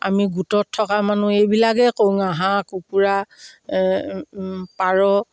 আমি গোটত থকা মানুহ এইবিলাকেই কৰোঁ আ হাঁহ কুকুৰা পাৰ